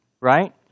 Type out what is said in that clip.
right